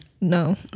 No